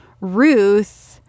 ruth